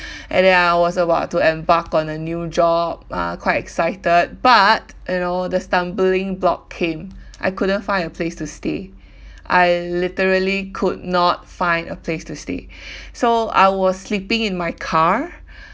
and then I was about to embark on a new job uh quite excited but you know the stumbling block came I couldn't find a place to stay I literally could not find a place to stay so I was sleeping in my car